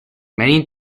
many